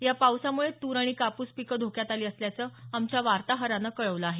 या पावसामुळे तूर आणि कापूस पीके धोक्यात आली असल्याचं आमच्या वार्ताहरानं कळवलं आहे